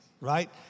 right